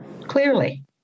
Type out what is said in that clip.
clearly